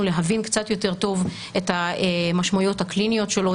להבין קצת יותר טוב את המשמעויות הקליניות שלו,